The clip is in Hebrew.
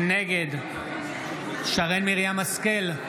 נגד שרן מרים השכל,